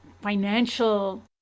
financial